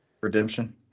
Redemption